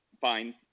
fine